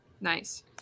Nice